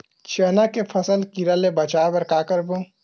चना के फसल कीरा ले बचाय बर का करबो?